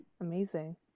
amazing